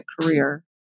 career